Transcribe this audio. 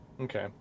Okay